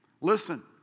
listen